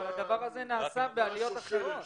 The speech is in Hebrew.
אין קיצורי דרך בבדיקת זכאות,